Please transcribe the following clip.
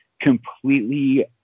completely